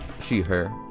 She/her